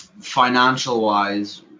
Financial-wise